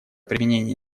применение